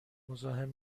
مزاحم